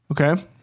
Okay